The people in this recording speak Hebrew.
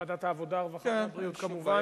לוועדת העבודה, הרווחה והבריאות כמובן.